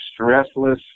stressless